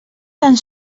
tan